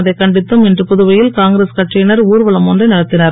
அதைக் கண்டித்தும் இன்று புதுவையில் காங்கிரஸ் கட்சியனர் ஊர்வலம் ஒன்றை நடத்தினர்